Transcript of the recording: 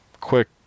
quick